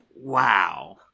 wow